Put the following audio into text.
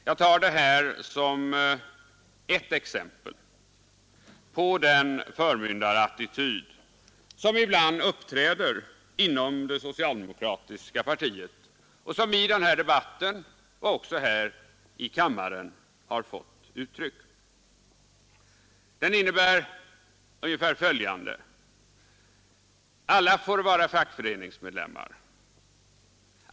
Jag tar det här som ett exempel på den förmyndarattityd som ibland uppträder inom det socialdemokratiska partiet och som vid debatter i den här frågan har fått uttryck också här i kammaren. Den innebär ungefär följande: Alla får vara fackföreningsmedlemmar.